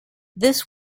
this